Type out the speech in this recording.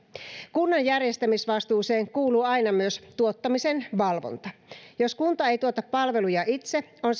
kunnan järjestämisvastuuseen kuuluu aina myös tuottamisen valvonta jos kunta ei tuota palveluja itse on